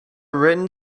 written